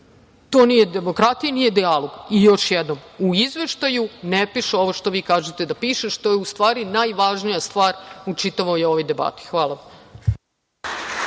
To nije demokratija i nije dijalog.I još jednom u izveštaju ne piše ovo što vi kažete da piše, što je u stvari najvažnija stvar u čitavoj ovoj debati. Hvala